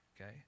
Okay